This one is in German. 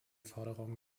forderungen